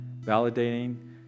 Validating